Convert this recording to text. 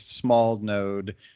small-node